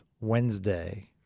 Wednesday